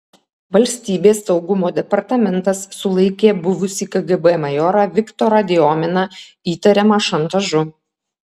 valstybės saugumo departamentas sulaikė buvusį kgb majorą viktorą diominą įtariamą šantažu